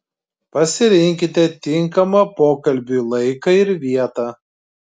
pasirinkite tinkamą pokalbiui laiką ir vietą